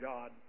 God